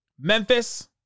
Memphis